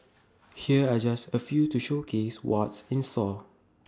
here are just A few to showcase what's in sore